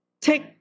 Take